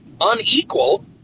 unequal